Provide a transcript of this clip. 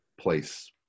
place